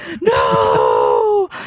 no